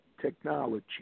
technology